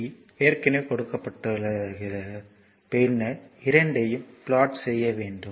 Qt ஏற்கனவே கொடுக்கப்பட்டுள்ளது பின்னர் இரண்டையும் ப்ளாட் செய்ய வேண்டும்